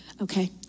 Okay